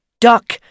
Duck